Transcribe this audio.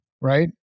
right